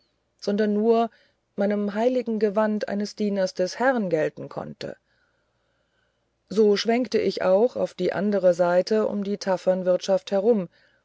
sondern nur meinem heiligen gewand eines dieners des herrn gelten konnte so schwenkte auch ich auf die andere seite um die tafernwirtschaft herum